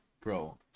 bro